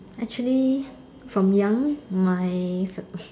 actually from young my